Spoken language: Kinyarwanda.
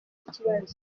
ikibazo